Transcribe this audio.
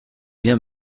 bien